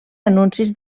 anuncis